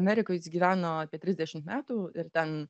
amerikoj jis gyveno apie trisdešimt metų ir ten